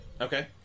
Okay